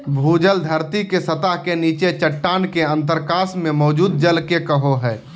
भूजल धरती के सतह के नीचे चट्टान के अंतरकाश में मौजूद जल के कहो हइ